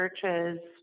churches